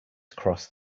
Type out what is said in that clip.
crossed